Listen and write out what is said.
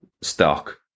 stock